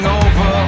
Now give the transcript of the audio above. over